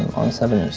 on seven.